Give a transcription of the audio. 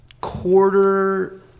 quarter